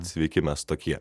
sveiki mes tokie